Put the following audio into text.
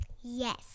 yes